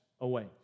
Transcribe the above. away